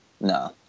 No